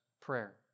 prayer